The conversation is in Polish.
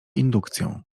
indukcją